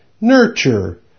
nurture